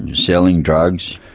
and selling drugs.